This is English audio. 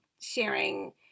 sharing